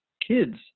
kids